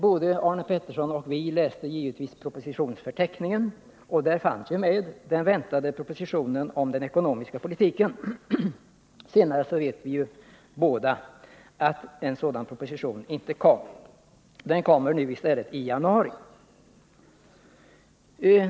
Både Arne Pettersson och vi i centerpartiet läste givetvis propositionsförteckningen, och där fanns ju den väntade propositionen om den ekonomiska politiken med. Vi vet nu samtliga att en sådan proposition inte kom. Den kommer i stället i januari.